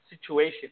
situation